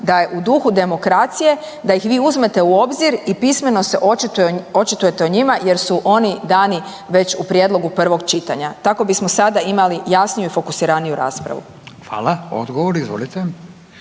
da je u duhu demokracije da ih vi uzmete u obzir i pismeno se očitujete o njima jer su oni dani već u prijedlogu prvog čitanja, tako bismo sada imali jasniju i fokusiraniju raspravu. **Radin, Furio